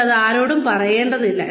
നിങ്ങൾ ഇത് ആരോടും പറയേണ്ടതില്ല